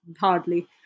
hardly